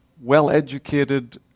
well-educated